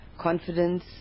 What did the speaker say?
confidence